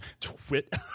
twit